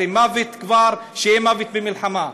אז אם כבר מוות, שיהיה מוות במלחמה.